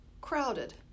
crowded